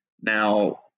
Now